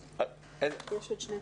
נמשיך.